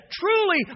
truly